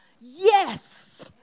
Yes